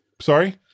Sorry